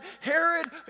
Herod